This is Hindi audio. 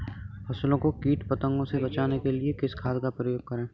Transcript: फसलों को कीट पतंगों से बचाने के लिए किस खाद का प्रयोग करें?